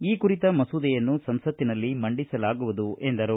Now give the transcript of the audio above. ಈ ಕುರಿತ ಮಸೂದೆಯನ್ನು ಸಂಸತ್ತಿನಲ್ಲಿ ಮಂಡಿಸಲಾಗುವುದು ಎಂದರು